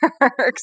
works